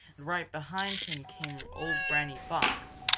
and right behind him came old granny fox.